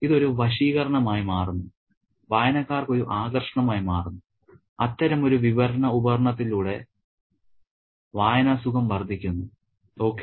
ഇത് ഒരു വശീകരണമായി മാറുന്നു വായനക്കാർക്ക് ഒരു ആകർഷണമായി മാറുന്നു അത്തരം ഒരു വിവരണ ഉപകരണത്തിലൂടെ വായനാസുഖം വർദ്ധിക്കുന്നു ഓക്കേ